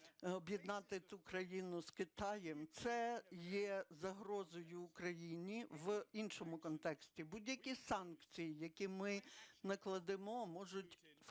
Це є загрозою Україні в іншому контексті. Будь-які санкції, які ми накладемо, можуть фактично допомогти